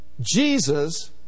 Jesus